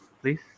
please